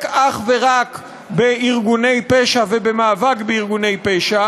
אך ורק בארגוני פשע ובמאבק בארגוני פשע,